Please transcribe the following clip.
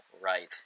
right